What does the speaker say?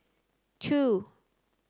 two